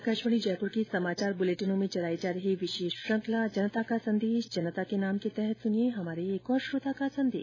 आकाशवाणी जयपुर के समाचार बुलेटिनों में चलाई जा रही विशेष श्रुखंला जनता का संदेश जनता के नाम के तहत सुनिये हमारे एक श्रोता का संदेश